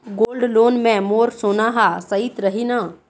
Gold loan मे मोर सोना हा सइत रही न?